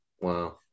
Wow